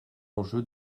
enjeu